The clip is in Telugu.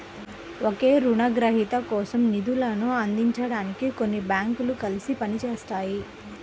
ఒకే రుణగ్రహీత కోసం నిధులను అందించడానికి కొన్ని బ్యాంకులు కలిసి పని చేస్తాయి